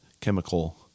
chemical